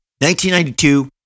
1992